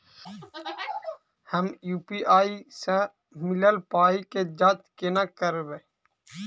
हम यु.पी.आई सअ मिलल पाई केँ जाँच केना करबै?